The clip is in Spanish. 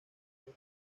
que